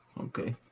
Okay